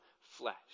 flesh